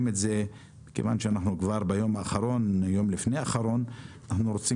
כיוון שאנחנו כבר ביום לפני האחרון אנחנו רוצים